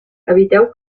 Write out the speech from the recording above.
eviteu